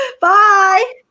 Bye